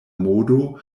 modo